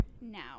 now